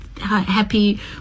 happy